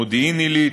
מודיעין עילית,